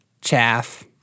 chaff